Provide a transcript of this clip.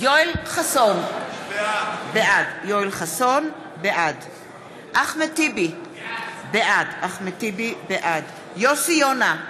יואל חסון, בעד אחמד טיבי, בעד יוסי יונה,